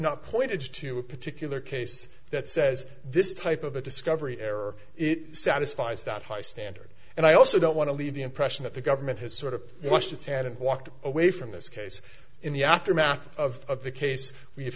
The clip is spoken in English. not pointed to a particular case that says this type of a discovery error it satisfies that high standard and i also don't want to leave the impression that the government has sort of washed its hands and walked away from this case in the aftermath of the case we